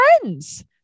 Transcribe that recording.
friends